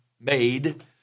made